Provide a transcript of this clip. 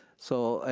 so,